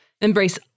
Embrace